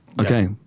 Okay